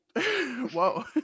Whoa